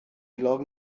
heulog